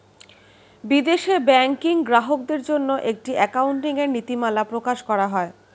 বিদেশে ব্যাংকিং গ্রাহকদের জন্য একটি অ্যাকাউন্টিং এর নীতিমালা প্রকাশ করা হয়